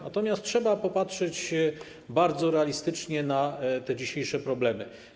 Natomiast trzeba popatrzeć bardzo realistycznie na te dzisiejsze problemy.